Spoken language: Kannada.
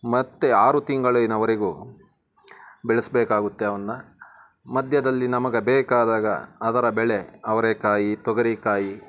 ಮತ್ತು ಆರು ತಿಂಗಳಿನವರೆಗು ಬೆಳೆಸಬೇಕಾಗುತ್ತೆ ಅವನ್ನು ಮಧ್ಯದಲ್ಲಿ ನಮಗೆ ಬೇಕಾದಾಗ ಅದರ ಬೆಳೆ ಅವರೇಕಾಯಿ ತೊಗರೀಕಾಯಿ